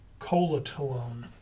colatolone